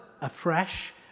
afresh